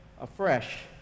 afresh